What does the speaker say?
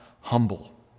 humble